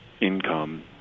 income